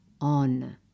on